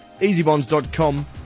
EasyBonds.com